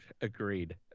Agreed